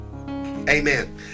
Amen